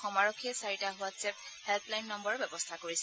অসম আৰক্ষীয়ে চাৰিটা WhatsApp helpline নম্বৰৰ ব্যৱস্থা কৰিছে